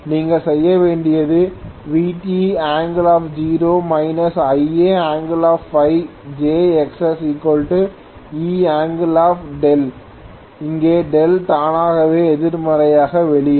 நீங்கள் செய்ய வேண்டியது Vt0 Ia ΦjXsE δ இங்கே δ தானாகவே எதிர்மறையாக வெளிவரும்